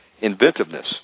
inventiveness